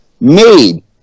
made